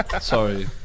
Sorry